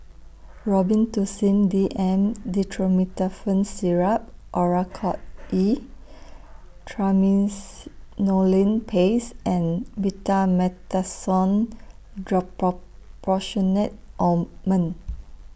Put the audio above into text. Robitussin D M Dextromethorphan Syrup Oracort E Triamcinolone Paste and Betamethasone Dipropionate Ointment